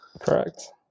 correct